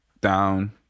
down